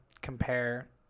compare